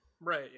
right